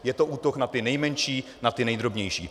Je to útok na ty nejmenší, na ty nejdrobnější.